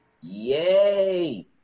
yay